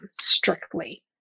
strictly